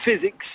physics